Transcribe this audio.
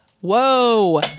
whoa